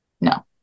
No